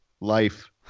life